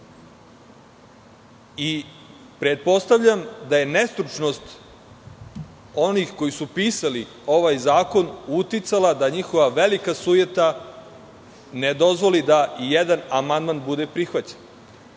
Pretpostavljam da je nestručnost onih koji su pisali ovaj zakon uticala da njihova velika sujeta ne dozvoli da i jedan amandman bude prihvaćen.